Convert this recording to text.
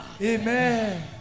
Amen